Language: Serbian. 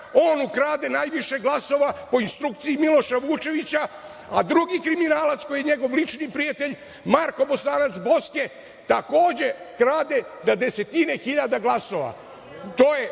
On ukrade najviše glasova po instrukciji Miloša Vučevića, a drugi kriminalac koji je njegov lični prijatelj, Marko Bosanac Boske, takođe krade na desetine hiljada glasova. To je